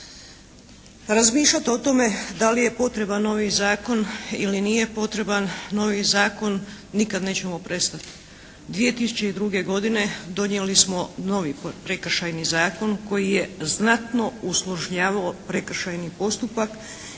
Razmišljati o tome da li je potreban novi zakon ili nije potreban novi zakon nikad nećemo prestati. 2002. godine donijeli smo novi prekršajni zakon koji je znatno usložnjavao prekršajni postupak